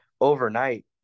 overnight